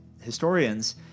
historians